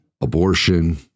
abortion